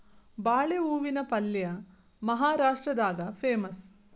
ಬಾಳೆ ಹೂವಿನ ಪಲ್ಯೆ ಮಹಾರಾಷ್ಟ್ರದಾಗ ಪೇಮಸ್